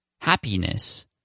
Happiness